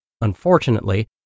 Unfortunately